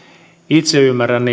itse ymmärrän